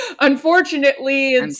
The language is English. unfortunately